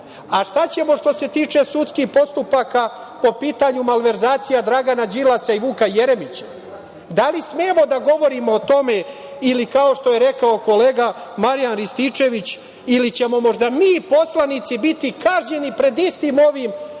Šta ćemo što se tiče sudskih postupaka po pitanju malverzacija Dragana Đilasa i Vuka Jeremića? Da li smemo da govorimo o tome ili kao što je rekao kolega Marijan Rističević, ili ćemo mi poslanici biti kažnjeni pred istim onim sudskim